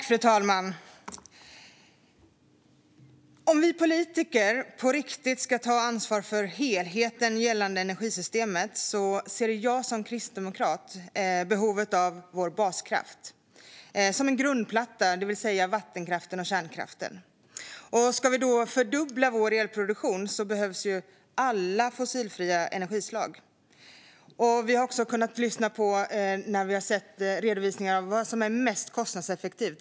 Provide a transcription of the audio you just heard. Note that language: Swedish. Fru talman! Om vi politiker på riktigt ska ta ansvar för helheten gällande energisystemet ser jag som kristdemokrat ett behov av vår baskraft som en grundplatta, det vill säga vattenkraften och kärnkraften. Ska vi fördubbla vår elproduktion behövs alla fossilfria energislag. Vi har också fått redovisningar av vad som är mest kostnadseffektivt.